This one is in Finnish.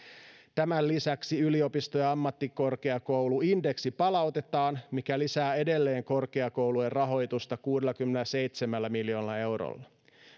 tämän lisäksi yliopisto ja ammattikorkeakouluindeksi palautetaan mikä lisää edelleen korkeakoulujen rahoitusta kuudellakymmenelläseitsemällä miljoonalla eurolla